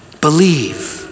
Believe